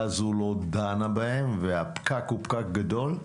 הזו לא דנה בהם והפקק הוא פקק גדול,